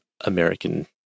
american